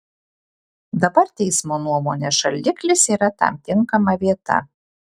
dabar teismo nuomone šaldiklis yra tam tinkama vieta